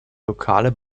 lokale